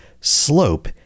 slope